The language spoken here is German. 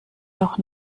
noch